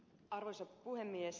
arvoisa puhemies